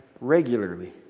regularly